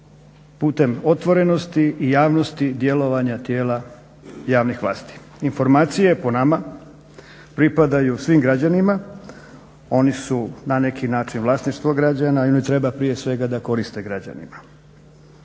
putem otvorenosti i javnosti djelovanja tijela javnih vlasti. Informacije, po nama, pripadaju svim građanima. Oni su na neki način vlasništvo građana i oni treba prije svega da korite građanima.